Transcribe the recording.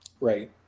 right